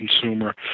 consumer